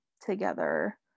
together